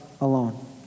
alone